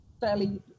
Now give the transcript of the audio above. fairly